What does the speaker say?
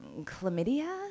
chlamydia